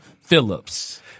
Phillips